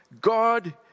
God